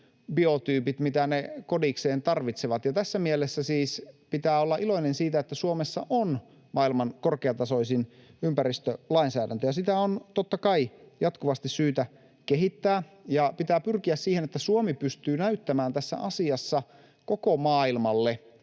biotyypit, mitä ne kodikseen tarvitsevat. Ja tässä mielessä siis pitää olla iloinen siitä, että Suomessa on maailman korkeatasoisin ympäristölainsäädäntö, ja sitä on, totta kai, jatkuvasti syytä kehittää, ja pitää pyrkiä siihen, että Suomi pystyy näyttämään tässä asiassa koko maailmalle